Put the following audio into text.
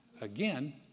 again